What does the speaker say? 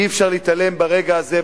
אי-אפשר להתעלם ברגע הזה,